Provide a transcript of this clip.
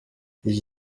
iki